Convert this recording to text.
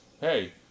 hey